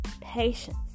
patience